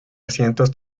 asientos